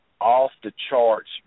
off-the-charts